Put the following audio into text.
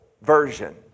version